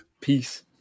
Peace